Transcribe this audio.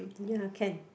ya can